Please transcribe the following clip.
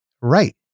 right